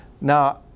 Now